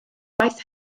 gwaith